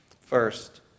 First